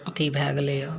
अथी भए गेलैए